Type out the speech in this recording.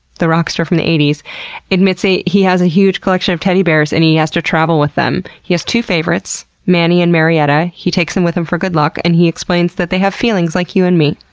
the rock star from the eighty s admits he has a huge collection of teddy bears and he has to travel with them. he has two favorites, manny and marietta. he takes them with him for good luck and he explains that they have feelings like you and me.